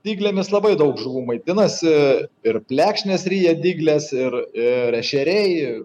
dyglėmis labai daug žuvų maitinasi ir plekšnės ryja dygles ir ir ešeriai